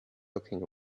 looking